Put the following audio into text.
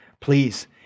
please